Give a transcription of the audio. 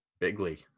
Bigly